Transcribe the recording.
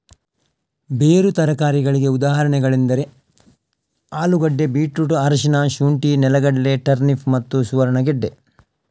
ಬೇರು ತರಕಾರಿಗಳಿಗೆ ಉದಾಹರಣೆಗಳೆಂದರೆ ಆಲೂಗೆಡ್ಡೆ, ಬೀಟ್ರೂಟ್, ಅರಿಶಿನ, ಶುಂಠಿ, ನೆಲಗಡಲೆ, ಟರ್ನಿಪ್ ಮತ್ತು ಸುವರ್ಣಗೆಡ್ಡೆ